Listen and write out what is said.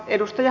edustaja